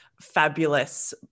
fabulous